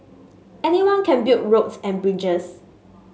anyone can build roads and bridges